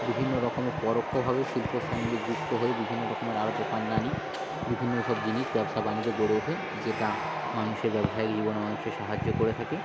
বিভিন্ন রকমের পরোক্ষভাবে শিল্পর সঙ্গে যুক্ত হয়ে বিভিন্ন রকমের আরও দোকানদানি বিভিন্ন ওসব জিনিস ব্যবসা বাণিজ্য গড়ে ওঠে যেটা মানুষের ব্যবসায়িক জীবনে অনেকটাই সাহায্য করে থাকে